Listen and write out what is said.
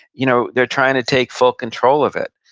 you know they're trying to take full control of it,